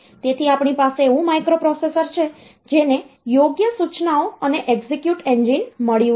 તેથી આપણી પાસે એવું માઇક્રોપ્રોસેસર છે જેને યોગ્ય સૂચનાઓ અને એક્ઝિક્યુટ એન્જિન મળ્યું છે